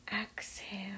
exhale